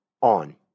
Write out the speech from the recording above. on